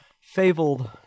fabled